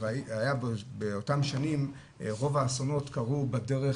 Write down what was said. באותן שנים רוב האסונות קרו בדרך